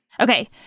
Okay